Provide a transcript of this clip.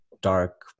dark